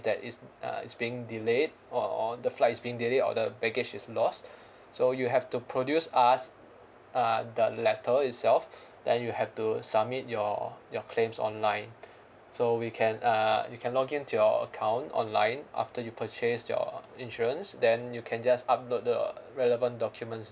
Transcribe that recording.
that it's uh it's being delayed or the flight is being delayed or the package is lost so you have to produce us uh the letter itself then you have to submit your your claims online so we can uh you can login to your account online after you purchase your insurance then you can just upload the relevant documents